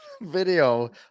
video